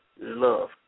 love